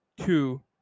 two